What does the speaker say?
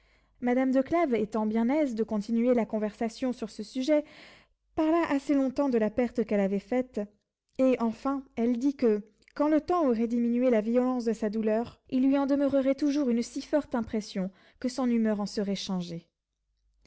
madame de clèves étant bien aise de continuer la conversation sur ce sujet parla assez longtemps de la perte qu'elle avait faite et enfin elle dit que quand le temps aurait diminué la violence de sa douleur il lui en demeurerait toujours une si forte impression que son humeur en serait changée